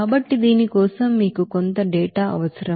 కాబట్టి దీని కోసం మీకు కొంత డేటా అవసరం